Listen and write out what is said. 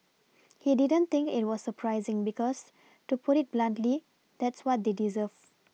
he didn't think it was surprising because to put it bluntly that's what they deserve